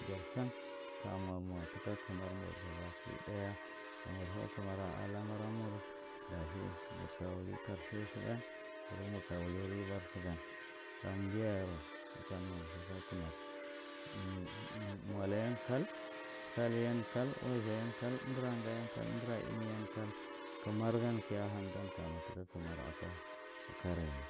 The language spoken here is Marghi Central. jar shang kaya mwa, mwa taka kamar mur gabaki ɗaga. Kamur hau kamar a lamara mur dachi murta wum kashen sagan kuma murta wuri ribar sagan samba yayero murta mwa sa taka kamar. mwala yen kai, saiyan kai, wastha yen kai, amdara nga yen kal, amdara imi yen kal. Kamar gan ta ha amdan kaja mwa takan akwa karega.